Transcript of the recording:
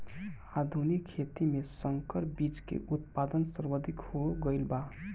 आधुनिक खेती में संकर बीज के उत्पादन सर्वाधिक हो गईल बा